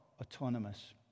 autonomous